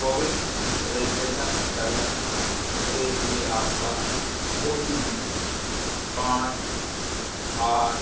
CoWIN registration करने के लिए आपका ओ टी पी पाँच आठ